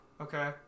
Okay